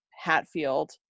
Hatfield